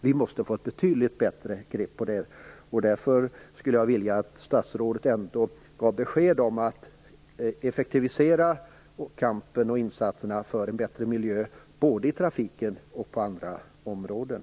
Vi måste få ett betydligt bättre grepp om det här. Därför skulle jag vilja att statsrådet ändå gav besked om att kampen och insatserna för en bättre miljö skall effektiviseras både i trafiken och på andra områden.